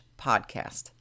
podcast